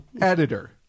editor